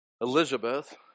Elizabeth